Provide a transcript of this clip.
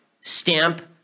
stamp